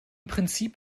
prinzip